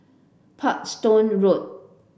Parkstone Road